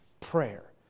prayer